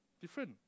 Different